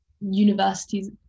universities